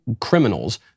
criminals